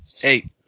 Hey